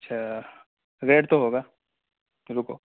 اچھا ریڈ تو ہوگا رکو